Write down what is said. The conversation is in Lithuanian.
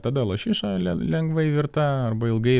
tada lašišą lengvai virta arba ilgai